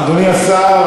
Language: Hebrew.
אדוני השר,